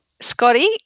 Scotty